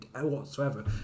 whatsoever